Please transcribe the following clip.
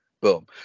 boom